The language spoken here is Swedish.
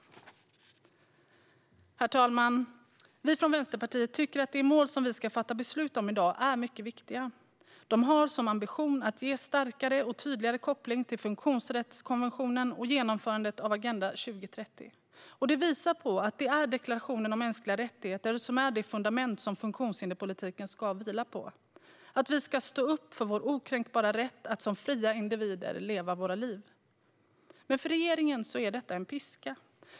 Herr talman! Vi från Vänsterpartiet tycker att de mål som vi ska fatta beslut om i dag är mycket viktiga. Ambitionen är att de ska ge starkare och tydligare koppling till funktionsrättskonventionen och genomförandet av Agenda 2030. Det visar på att det är deklarationen om mänskliga rättigheter som är det fundament som funktionshinderspolitiken ska vila på. Vi ska stå upp för vår okränkbara rätt att leva våra liv som fria individer. Men för regeringen är detta en piska.